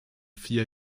vier